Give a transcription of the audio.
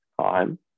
time